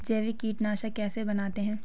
जैविक कीटनाशक कैसे बनाते हैं?